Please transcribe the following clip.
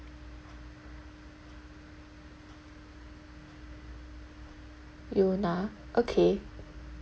yuna okay